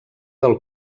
del